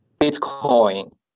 Bitcoin